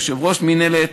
יושב-ראש מינהלת,